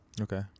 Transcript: Okay